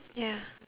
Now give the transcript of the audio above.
ya